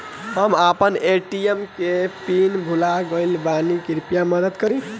हम आपन ए.टी.एम के पीन भूल गइल बानी कृपया मदद करी